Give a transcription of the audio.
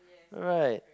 right